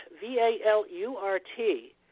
V-A-L-U-R-T